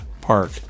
park